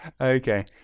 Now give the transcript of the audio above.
Okay